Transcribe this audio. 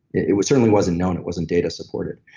it certainly wasn't known, it wasn't data-supported.